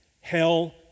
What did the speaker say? hell